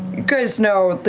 guys know,